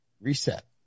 reset